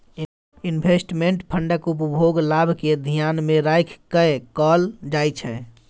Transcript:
investment फंडक उपयोग लाभ केँ धियान मे राइख कय कअल जाइ छै